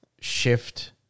shift